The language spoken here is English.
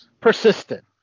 persistent